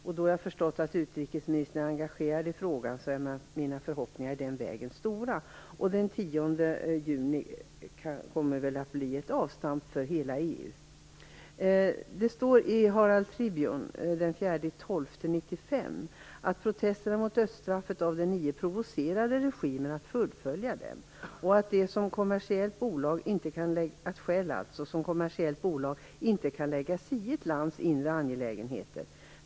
Då jag har förstått utrikesministern är engagerad i frågan är mina förhoppningar stora. Den 10 juni kommer väl att bli ett avstamp för hela EU. Det står i Herald Tribune den 4 december 1995 att protesterna mot dödsstraffet av de nio provocerade regimen att fullfölja dessa, och att Shell som kommersiellt företag inte kan lägga sig i ett lands inre angelägenheter.